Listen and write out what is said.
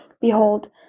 Behold